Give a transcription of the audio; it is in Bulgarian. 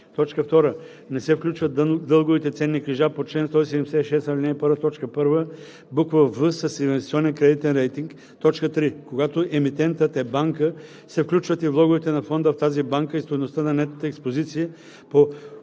„б“; 2. не се включват дълговите ценни книжа по чл. 176, ал. 1, т. 1, буква „в“ с инвестиционен кредитен рейтинг; 3. когато емитентът е банка, се включват и влоговете на фонда в тази банка и стойността на нетната експозиция по